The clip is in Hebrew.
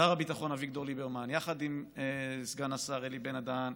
שר הביטחון אביגדור ליברמן וסגן השר אלי בן-דהן,